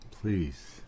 Please